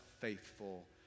faithful